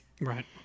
Right